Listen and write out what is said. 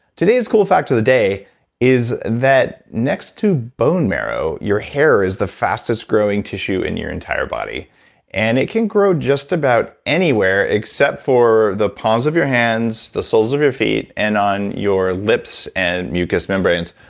today's cool fact of the day is that next to bone marrow, your hair is the fastest-growing tissue in your entire body and it can grow just about anywhere except for the palms of your hands, the soles of your feet, and on your lips and mucous membranes,